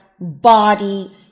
body